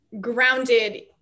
grounded